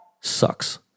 sucks